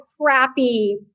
crappy